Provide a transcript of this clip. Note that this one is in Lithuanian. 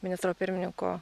ministro pirmininko